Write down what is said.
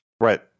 right